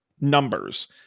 numbers